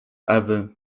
ewy